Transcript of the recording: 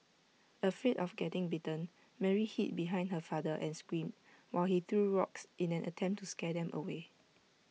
afraid of getting bitten Mary hid behind her father and screamed while he threw rocks in an attempt to scare them away